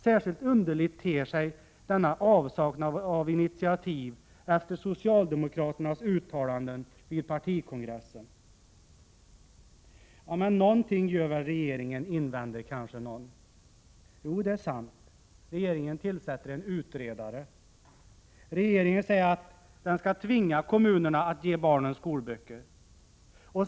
Särskilt underlig ter sig denna avsaknad av initiativ efter socialdemokraternas uttalanden vid partikongressen. Ja, men någonting gör väl regeringen, invänder kanske någon. Jo det är sant. Regeringen tillsätter en utredare. Regeringen säger att den skall tvinga kommunerna att ge barnen skolböcker.